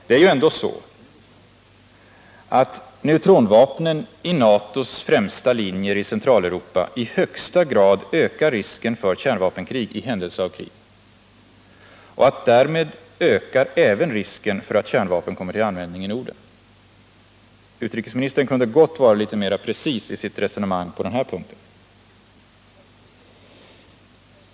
Det är ju ändå så, att neutronvapnen i NATO:s främsta linjer i Centraleuropa i högsta grad ökar risken för kärnvapenkrig i händelse av krigsutbrott och därmed även ökar risken för att kärnvapen kommer till användning i Norden. Utrikesministern kunde gott vara litet mer preciserad i sitt resonemang på den här punkten.